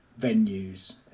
venues